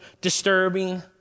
Disturbing